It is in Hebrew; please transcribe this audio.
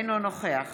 אינו נוכח